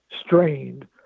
strained